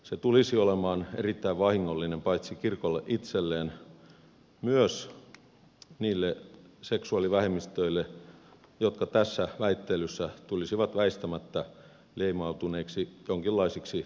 se tulisi olemaan erittäin vahingollinen paitsi kirkolle itselleen myös niille seksuaalivähemmistöille jotka tässä väittelyssä tulisivat väistämättä leimautuneeksi jonkinlaisiksi vahingontekijöiksi